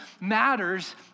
matters